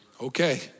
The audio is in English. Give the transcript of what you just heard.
Okay